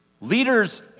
leaders